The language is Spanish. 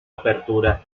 apertura